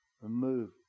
Remove